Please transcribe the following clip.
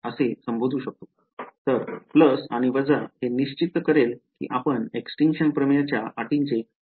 तर प्लस आणि वजा हे निश्चित करेल की आपण Extinction प्रमेय च्या अटींचे पालन करतो